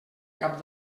cap